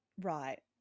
Right